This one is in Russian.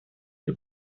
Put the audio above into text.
при